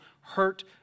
hurt